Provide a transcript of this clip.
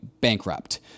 bankrupt